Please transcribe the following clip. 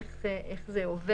שזה ייצא